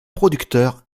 producteur